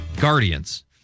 Guardians